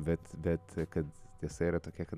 bet bet kad tiesa yra tokia kad